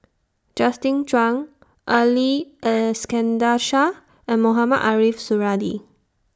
Justin Zhuang Ali Iskandar Shah and Mohamed Ariff Suradi